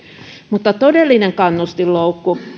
mutta todellinen kannustinloukku